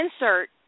insert